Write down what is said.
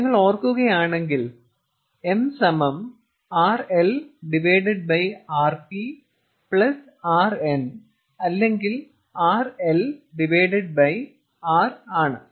നമ്മൾ ഓർക്കുകയാണെങ്കിൽ m RL RP RN അല്ലെങ്കിൽ RL R ആണ്